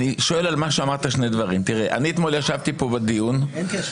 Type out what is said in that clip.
אני שואל על מה שאמרת שני דברים: אתמול ישבתי פה בדיון -- ואתה רוצה